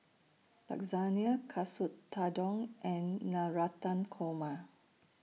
Lasagne Katsu Tendon and Navratan Korma